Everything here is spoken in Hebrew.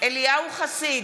אליהו חסיד,